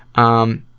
um,